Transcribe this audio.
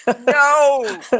No